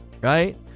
right